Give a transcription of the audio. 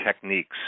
techniques